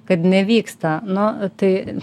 kad nevyksta nu tai